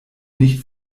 nicht